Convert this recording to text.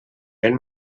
ben